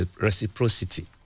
reciprocity